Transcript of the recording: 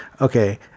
Okay